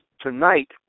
tonight